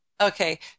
Okay